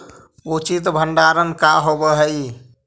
उचित भंडारण का होव हइ?